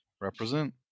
represent